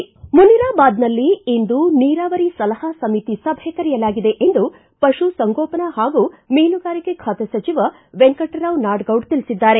ಮುನಿರಾಬಾದ್ನಲ್ಲಿ ಇಂದು ನೀರಾವರಿ ಸಲಹಾ ಸಮಿತಿ ಸಭೆ ಕರೆಯಲಾಗಿದೆ ಎಂದು ಪಶುಸಂಗೋಪನಾ ಹಾಗೂ ಮೀನುಗಾರಿಕಾ ಖಾತೆ ಸಚಿವ ವೆಂಕಟರಾವ್ ನಾಡಗೌಡ ತಿಳಿಬದ್ದಾರೆ